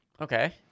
Okay